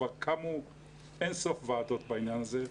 כבר קמו אינסוף ועדות בעניין הזה,